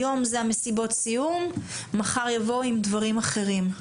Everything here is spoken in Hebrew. היום זה מסיבות הסיום, מחר יבואו עם דברים אחרים.